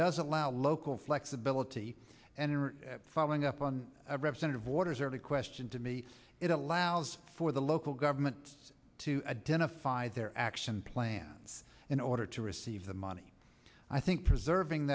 does allow local flexibility and in following up on representative waters early question to me it allows for the local government to identify their action plans in order to receive the money i think preserving